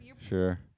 Sure